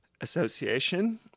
Association